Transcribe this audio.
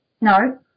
no